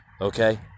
Okay